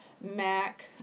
Mac